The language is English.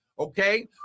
Okay